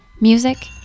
Music